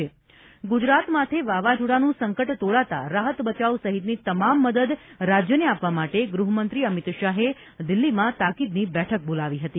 અમિતશાહ વાવાઝોડા મદદ ગુજરાત માથે વાવાઝોડાનું સંકટ તોળાતા રાહત બચાવ સહિતની તમામ મદદ રાજ્યને આપવા માટે ગૃહમંત્રી અમિત શાહે દિલ્હીમાં તાકીદની બેઠક બોલાવી હતી